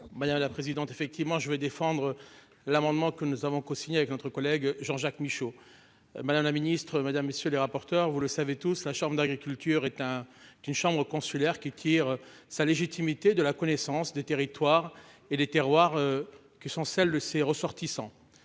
Madame la présidente, effectivement je vais défendre l'amendement que nous avons cosigné avec notre collègue Jean Jacques Michaud. Madame la ministre Madame messieurs les rapporteurs, vous le savez tous, la chambre d'agriculture est hein d'une chambre consulaire qui tire sa légitimité de la connaissance des territoires et les terroirs qui sont celles de ses ressortissants.